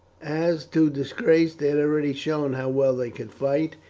as to disgrace, they had already shown how well they could fight,